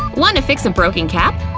want to fix a broken cap?